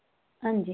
हांजी